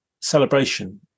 celebration